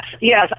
yes